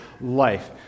life